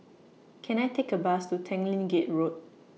Can I Take A Bus to Tanglin Gate Road